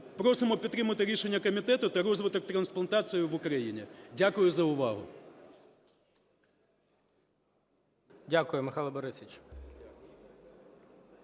Просимо підтримати рішення комітету та розвиток трансплантації в Україні. Дякую за увагу.